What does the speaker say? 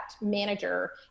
manager